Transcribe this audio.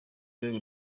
rwego